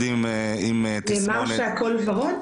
פה --- נאמר שהכול ורוד?